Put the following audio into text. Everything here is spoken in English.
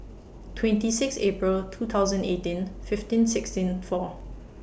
twenty six April two thousand eighteen fifteen sixteen four